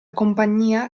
compagnia